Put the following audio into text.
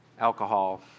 alcohol